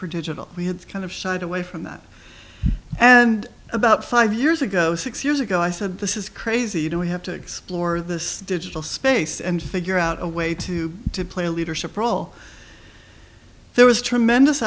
for digital we had kind of side away from that and about five years ago six years ago i said this is crazy you know we have to explore this digital space and figure out a way to to play a leadership role there was tremendous